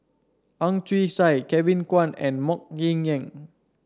Ang Chwee Chai Kevin Kwan and MoK Ying Jang